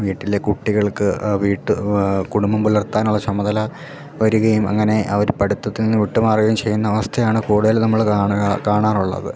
വീട്ടിലെ കുട്ടികൾക്ക് വീട്ട് കുടുംബം പുലർത്താനുള്ള ചുമതല വരുകയും അങ്ങനെ അവര് പഠിത്തത്തിൽ നിന്ന് വിട്ട് മാറുകയും ചെയ്യുന്ന അവസ്ഥയാണ് കൂടുതലും നമ്മള് കാണുക കാണാറുള്ളത്